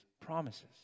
promises